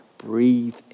breathe